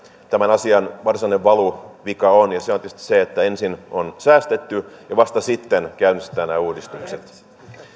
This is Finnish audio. tämän asian varsinainen valuvika on se on tietysti se että ensin on säästetty ja vasta sitten käynnistetään nämä uudistukset